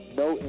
no